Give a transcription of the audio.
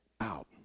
out